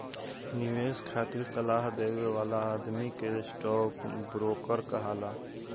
निवेश खातिर सलाह देवे वाला आदमी के स्टॉक ब्रोकर कहाला